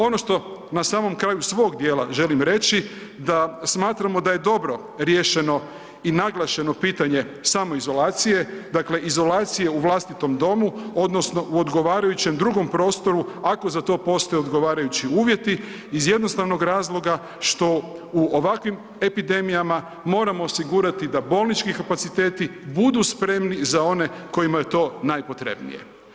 Ono što na samom kraju svog dijela želim reći da smatramo da je dobro riješeno i naglašeno pitanje samoizolacije, dakle izolacije u vlastitom domu odnosno u odgovarajućem drugom prostoru ako za to postoje odgovarajući uvjeti iz jednostavnog razloga što u ovakvim epidemijama moramo osigurati da bolnički kapaciteti budu spremni za one kojima je to najpotrebnije.